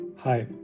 Hi